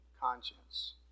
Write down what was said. conscience